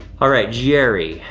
all right, jerry,